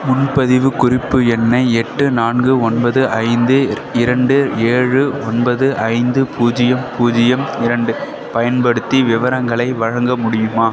முன்பதிவு குறிப்பு எண்ணை எட்டு நான்கு ஒன்பது ஐந்து இரண்டு ஏழு ஒன்பது ஐந்து பூஜ்ஜியம் பூஜ்ஜியம் இரண்டு பயன்படுத்தி விவரங்களை வழங்க முடியுமா